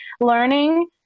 learning